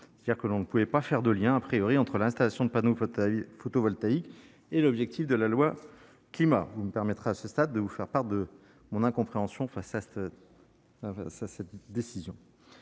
Ainsi, selon lui, on ne pouvait pas faire de lien entre l'installation de panneaux photovoltaïques et l'objectif de ce texte. Vous me permettrez à ce stade de vous faire part de mon incompréhension face à cette décision.